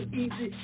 easy